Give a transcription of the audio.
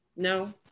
No